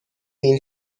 این